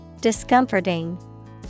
discomforting